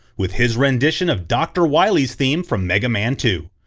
with his rendition of dr. wily's theme from mega man two.